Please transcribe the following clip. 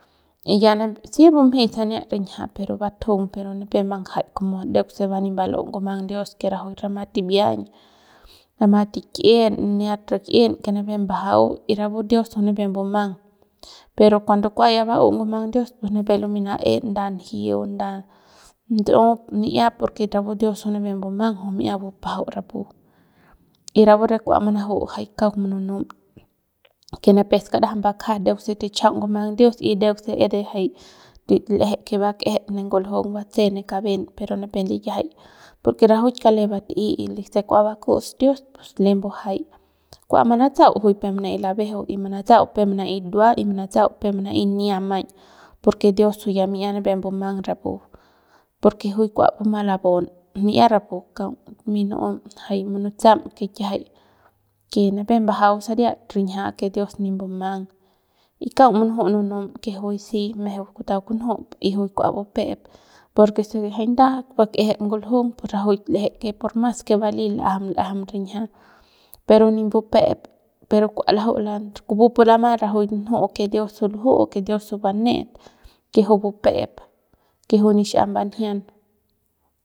Y ya si buemjey sania rinjia pero batjung pero nipep mbanjaik como ndeuk se va nip mbal'u ngumang dios que rajuik rama tibiañ rama tik'in niat rik'in que nipep mbajau y rapu dios juy nipep mbumang pero ya kua ba'u ngumang dios pues nipep lumey na'en nda njiu nda ndtsup mia porque rapu dios juy nipep mbumang juy mi'ia bupajau rapu y rapu re kauk munuju nunu jay kauk mununum que nipep skaraja mbukja con ndeuk se tichajau ngumang dios y ndeuk se jay l'eje que bak'ejep ne nguljung batse ne kaben pero nipem likiajay porque rajuik kale bat'ey y se kua bakuts dios pus lembu jay kua manatsau juy peuk mana'ey malabejeu y manatsau peuk manaey ndua y manatsau peuk manaey nia maiñ porque dios juy ya nipep mbumang mi'ia rapu porque juy kua bumang labaun mi'ia rapu kaung tumeiñ nu'um jay munutsam que kiajay que nipep mbajau saria rinjia que dios nip mbumang y kaung munujum nu'uejem y kaung munujum nunum que juy si mejeu kutau kunju y juy kua bupe'ep porque se jay nda bak'ejep nguljung pus que rajuik l'eje que mas que bali l'ajam l'ajam rinjia pero nip mbupe'ep pero kua laju'u y kupupu lama nju'u que dios juyluju'u que dios juy bane'et que juy bupe'ep que juy nixiap mbanjian.